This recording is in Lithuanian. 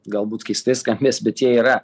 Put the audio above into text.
galbūt keistai skambės bet jie yra